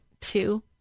two